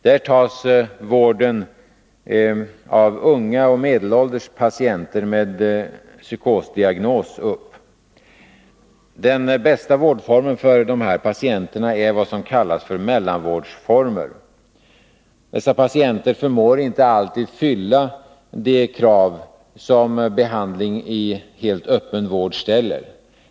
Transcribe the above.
Där tas vården av unga och medelålders patienter med psykosdiagnos upp. Den bästa vårdformen för dessa patienter är vad som kallas för mellanvårdsformer. Dessa patienter förmår inte alltid uppfylla de krav som behandlingen i helt öppen vård ställer.